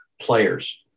players